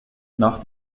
nach